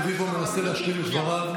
חבר הכנסת רביבו מנסה להשלים את דבריו.